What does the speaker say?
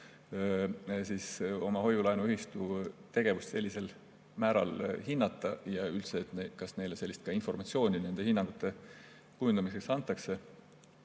suudaks oma hoiu-laenuühistu tegevust sellisel määral hinnata. Ja üldse, kas neile vajalikku informatsiooni nende hinnangute kujundamiseks antakse?